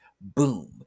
Boom